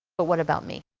but what about me?